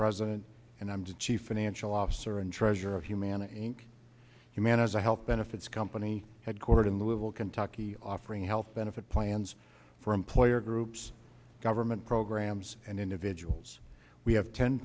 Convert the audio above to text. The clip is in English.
president and i'm just chief financial officer and treasurer of humana and humana health benefits company headquartered in little kentucky offering health benefit plans for employer groups government programs and individuals we have ten